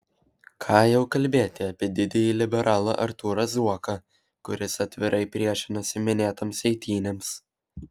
ką jau kalbėti apie didįjį liberalą artūrą zuoką kuris atvirai priešinosi minėtoms eitynėms